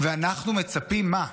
ואנחנו מצפים שמה?